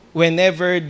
whenever